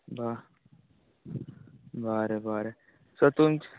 बा् बरें बरें सो तुमचें